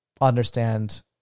understand